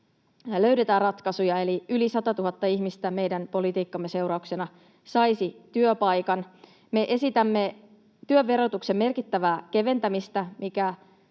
löydetään ratkaisuja, eli yli 100 000 ihmistä saisi työpaikan meidän politiikkamme seurauksena. Me esitämme työn verotuksen merkittävää keventämistä,